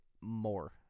more